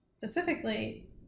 Specifically